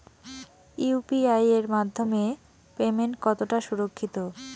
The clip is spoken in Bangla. ইউ.পি.আই এর মাধ্যমে পেমেন্ট কতটা সুরক্ষিত?